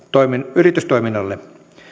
yritystoiminnalle